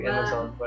Amazon